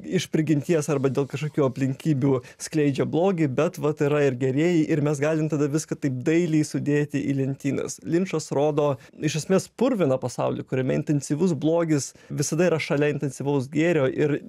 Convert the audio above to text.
iš prigimties arba dėl kažkokių aplinkybių skleidžia blogį bet vat yra ir gerieji ir mes galim tada viską taip dailiai sudėti į lentynas linčas rodo iš esmės purviną pasaulį kuriame intensyvus blogis visada yra šalia intensyvaus gėrio ir